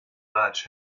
large